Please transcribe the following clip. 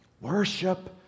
Worship